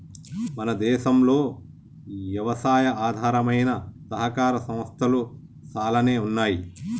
మన భారతదేసంలో యవసాయి ఆధారమైన సహకార సంస్థలు సాలానే ఉన్నాయి